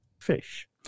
fish